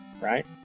right